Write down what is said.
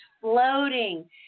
floating